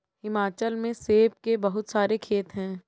हिमाचल में सेब के बहुत सारे खेत हैं